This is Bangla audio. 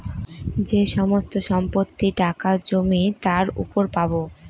যে সমস্ত সম্পত্তি, টাকা, জমি তার উপর পাবো